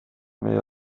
meie